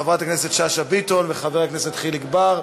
חברת הכנסת שאשא ביטון וחבר הכנסת חיליק בר,